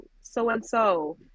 so-and-so